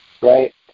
right